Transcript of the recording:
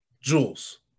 Jules